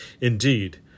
indeed